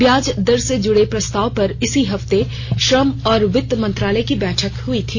ब्याज दर से जुड़े प्रस्ताव पर इसी हफ्ते श्रम और वित्त मंत्रालय की बैठक हुई थी